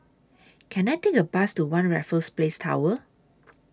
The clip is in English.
Can I Take A Bus to one Raffles Place Tower